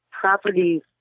properties